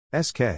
SK